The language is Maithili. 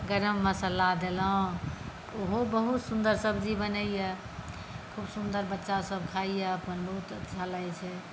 गरम मसाला देलहुँ ओहो बहुत सुन्दर सब्जी बनैए खूब सुन्दर बच्चासभ खाइए अपन बहुत अच्छा लागैत छै